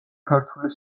ქართული